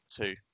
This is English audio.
two